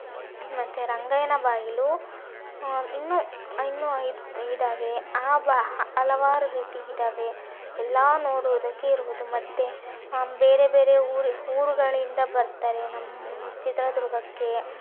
ಮತ್ತೆ ರಂಗಯ್ಯನ ಬಾಗಿಲು ಇನ್ನೂ ಇನ್ನೂ ಇದ್ದಾವೆ ಆ ಹಲವಾರು ರೀತಿ ಇದ್ದಾವೆ ಎಲ್ಲ ನೋಡುವುದಕ್ಕೆ ಇರುವುದು ಮತ್ತೆ ಬೇರೆ ಬೇರೆ ಊರು ಊರುಗಳಿಂದ ಬರ್ತಾರೆ ನಮ್ಮ ಚಿತ್ರದುರ್ಗಕ್ಕೆ